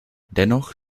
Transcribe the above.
dennoch